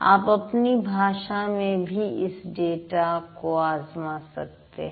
आप अपनी भाषा में भी इस डाटा को आज़मा सकते हैं